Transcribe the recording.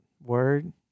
word